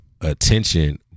attention